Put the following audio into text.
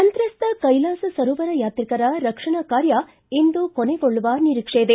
ಸಂತ್ರಸ್ತ ಕೈಲಾಸ ಸರೋವರ ಯಾತ್ರಿಕರ ರಕ್ಷಣಾ ಕಾರ್ಯ ಇಂದು ಕೊನೆಗೊಳ್ಳೂವ ನಿರೀಕ್ಷೆಯಿದೆ